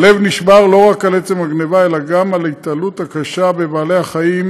הלב נשבר לא רק על עצם הגנבה אלא גם על ההתעללות הקשה בבעלי החיים,